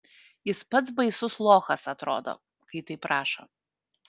jis pats baisus lochas atrodo kai taip rašo